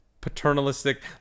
paternalistic